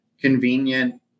convenient